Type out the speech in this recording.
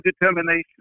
determination